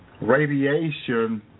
radiation